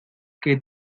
que